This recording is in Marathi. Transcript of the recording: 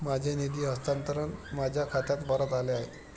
माझे निधी हस्तांतरण माझ्या खात्यात परत आले आहे